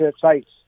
sites